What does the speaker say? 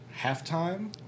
Halftime